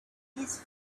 his